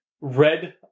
red